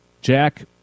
Jack